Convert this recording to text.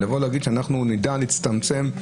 ולבוא ולהגיד שאנחנו נדע להצטמצם?